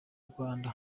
rwanda